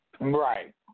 Right